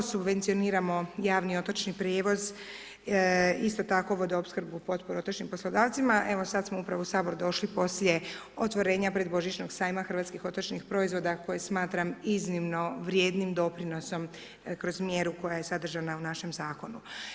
Subvencioniramo javni otočni prijevoz, isto tako vodoopskrbnu potporu otočnim poslodavcima, evo sad smo upravo u Sabor došli poslije otvorenja predbožićnog sajma hrvatskih otočnih proizvoda koje smatram iznimno vrijednim doprinosom kroz mjeru koja je sadržana u našem Zakonu.